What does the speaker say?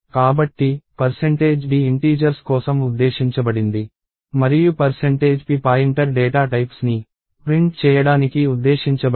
కాబట్టి d integers కోసం ఉద్దేశించబడింది మరియు p పాయింటర్ డేటా టైప్స్ ని ప్రింట్ చేయడానికి ఉద్దేశించబడింది